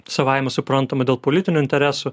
savaime suprantama dėl politinių interesų